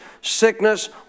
sickness